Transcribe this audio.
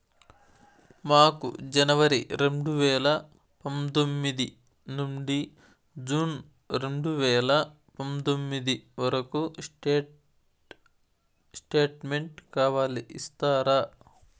మాకు జనవరి రెండు వేల పందొమ్మిది నుండి జూన్ రెండు వేల పందొమ్మిది వరకు స్టేట్ స్టేట్మెంట్ కావాలి ఇస్తారా